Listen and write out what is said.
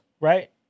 right